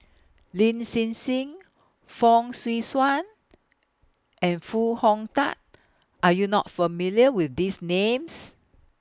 Lin Hsin Hsin Fong Swee Suan and Foo Hong Tatt Are YOU not familiar with These Names